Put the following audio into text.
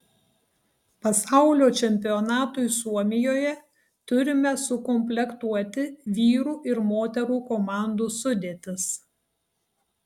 pasaulio čempionatui suomijoje turime sukomplektuoti vyrų ir moterų komandų sudėtis